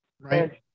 right